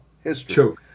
history